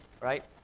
Right